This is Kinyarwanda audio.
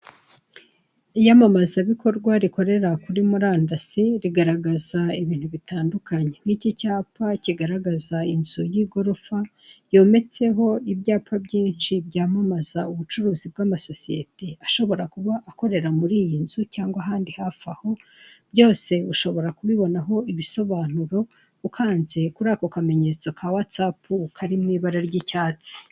Iyamamazabikorwa rikorera kuri murandasi rigaragaza ibintu bitandukanye, nk'iki cyapa kigaragaza inzu y'igorofa yometseho ibyapa byinshi byamamaza ubucuruzi bw'amasosiyete ashobora kuba akorera muri iyo nzu cyangwa ahandi hafi aho. Byose ushobora kubibonaho ibisobanuro ukanze kuri ako kamenyetso ka watsapu kari mu ibara ry'icyatsi.